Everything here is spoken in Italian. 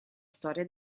storia